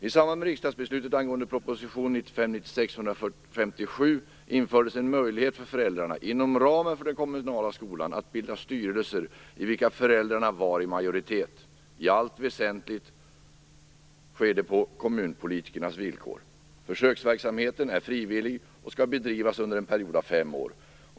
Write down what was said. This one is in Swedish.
I samband med riksdagsbeslutet angående proposition 1995/96:157 infördes en möjlighet för föräldrar att, inom ramen för den kommunala skolan, bilda styrelser med föräldrarna i majoritet. I allt väsentligt sker det på kommunpolitikernas villkor. Försöksverksamheten är frivillig och skall bedrivas under en period av fem år.